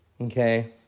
okay